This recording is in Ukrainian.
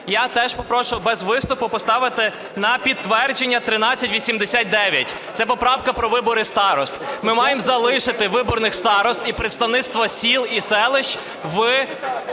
я теж попрошу без виступу поставити на підтвердження 1389, це поправка про вибори старост. Ми маємо залишити виборних старост і представництво сіл і селищ в